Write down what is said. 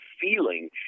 feeling